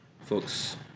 Folks